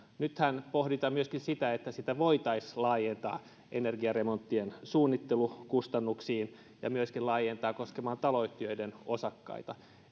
nythän pohditaan myöskin sitä että sitä voitaisiin laajentaa energiaremonttien suunnittelukustannuksiin ja myöskin laajentaa koskemaan taloyhtiöiden osakkaita